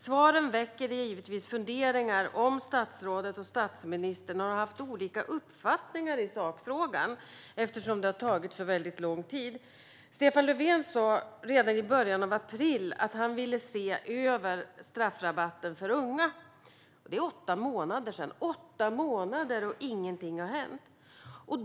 Svaret väcker givetvis funderingar om statsrådet och statsministern haft olika uppfattningar i sakfrågan, eftersom det tagit så lång tid. Stefan Löfven sa redan i början av april att han ville se över straffrabatten för unga. Det är åtta månader sedan - åtta månader då ingenting har hänt!